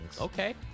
Okay